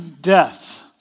death